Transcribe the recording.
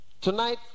tonight